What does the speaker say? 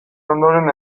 ondoren